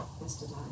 yesterday